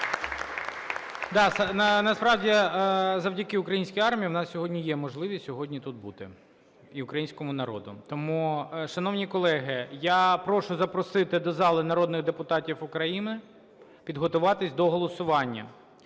Насправді, завдяки українській армії у нас сьогодні є можливість сьогодні тут бути і українському народу. Тому, шановні колеги, я прошу запросити до залу народних депутатів України, підготуватися до голосування.